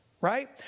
right